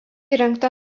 įrengta